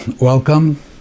Welcome